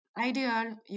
ideal